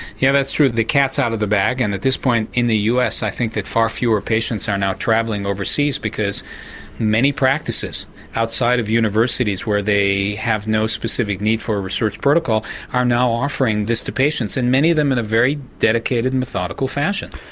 yeah, that's true, the cat's out of the bag and at this point in the us i think that far fewer patients are now travelling overseas because many practices outside of universities where they have no specific need for research protocol are now offering this to patients and many of them in a very dedicated and methodical fashion.